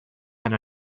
and